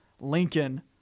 Lincoln